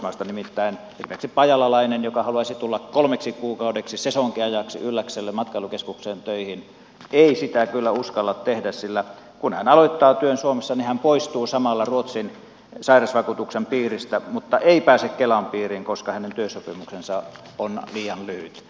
nimittäin esimerkiksi pajalalainen joka haluaisi tulla kolmeksi kuukaudeksi sesonkiajaksi ylläkselle matkailukeskukseen töihin ei sitä kyllä uskalla tehdä sillä kun hän aloittaa työn suomessa niin hän poistuu samalla ruotsin sairausvakuutuksen piiristä mutta ei pääse kelan piiriin koska hänen työsopimuksensa on liian lyhyt